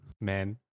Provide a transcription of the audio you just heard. man